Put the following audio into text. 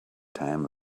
time